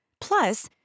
Plus